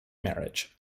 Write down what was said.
marriage